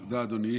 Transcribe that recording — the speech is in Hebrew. תודה, אדוני.